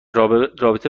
رابطه